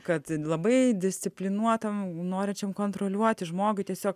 kad labai disciplinuotam norinčiam kontroliuoti žmogui tiesiog